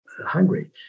hungry